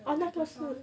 oh 那个是